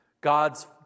God's